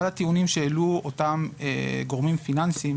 אחד הטיעונים שהעלו אותם גורמים פיננסים